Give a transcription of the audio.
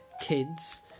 Kids